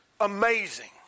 amazing